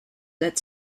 that